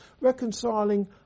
reconciling